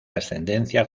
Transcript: ascendencia